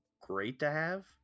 great-to-have